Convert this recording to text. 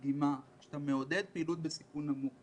מדגימה שכשאתה מעודד פעילות בסיכון נמוך,